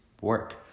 work